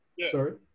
sorry